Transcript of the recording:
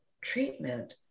treatment